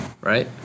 Right